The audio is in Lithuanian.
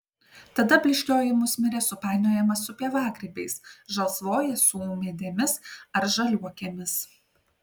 tada blyškioji musmirė supainiojama su pievagrybiais žalsvoji su ūmėdėmis ar žaliuokėmis